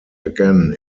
again